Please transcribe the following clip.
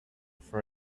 for